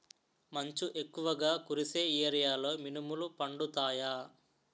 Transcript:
మంచు ఎక్కువుగా కురిసే ఏరియాలో మినుములు పండుతాయా?